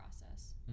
process